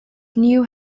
knew